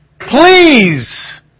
Please